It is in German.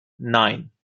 nein